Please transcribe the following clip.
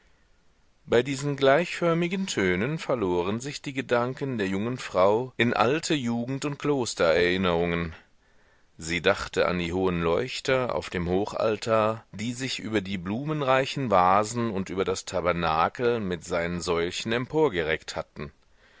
bei diesen gleichförmigen tönen verloren sich die gedanken der jungen frau in alte jugend und klostererinnerungen sie dachte an die hohen leuchter auf dem hochaltar die sich über die blumenreichen vasen und über das tabernakel mit seinen säulchen emporgereckt hatten